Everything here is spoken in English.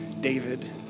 David